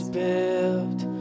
built